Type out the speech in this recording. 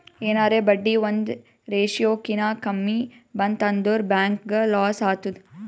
ಎನಾರೇ ಬಡ್ಡಿ ಒಂದ್ ರೇಶಿಯೋ ಕಿನಾ ಕಮ್ಮಿ ಬಂತ್ ಅಂದುರ್ ಬ್ಯಾಂಕ್ಗ ಲಾಸ್ ಆತ್ತುದ್